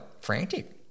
frantic